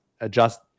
adjust